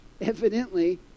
Evidently